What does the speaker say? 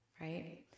right